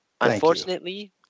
Unfortunately